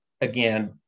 again